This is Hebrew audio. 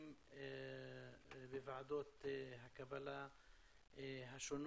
הדיון היום מתמקד בנושא של גיוון תעסוקתי.